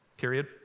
period